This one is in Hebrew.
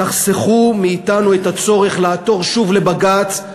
תחסכו מאתנו את הצורך לעתור שוב לבג"ץ.